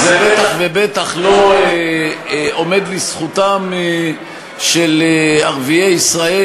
זה בטח ובטח לא עומד לזכותם של ערביי ישראל,